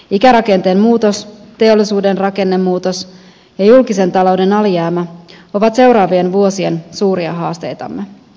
ikärakenteen muutos teollisuuden rakennemuutos ja julkisen talouden alijäämä ovat seuraavien vuosien suuria haasteitamme